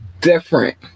different